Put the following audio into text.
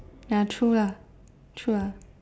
ya true lah true lah